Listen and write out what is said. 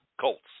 Colts